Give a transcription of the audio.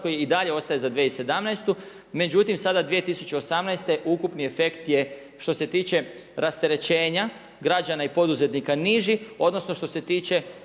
i dalje ostaje za 2017. Međutim, sada 2018. ukupni efekt je što se tiče rasterećenja građana i poduzetnika niži, odnosno što se tiče